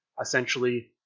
essentially